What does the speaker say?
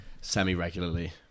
semi-regularly